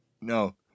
no